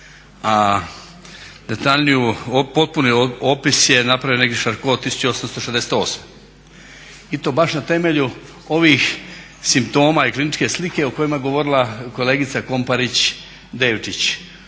14.stoljeću, a potpuni opis je napravio neurolog Jean-Martin Charcot 1868.i to baš na temelju ovih simptoma i kliničke slike o kojima je govorila kolegica KOmparić Devčić.